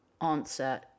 answer